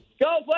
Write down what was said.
Go